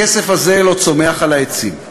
הכסף הזה לא צומח על העצים,